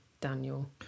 Daniel